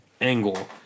angle